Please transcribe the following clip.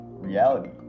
Reality